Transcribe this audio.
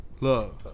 Love